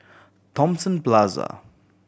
Thomson Plaza